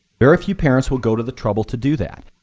very few parents will go to the trouble to do that.